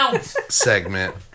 segment